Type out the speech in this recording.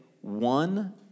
one